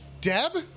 Deb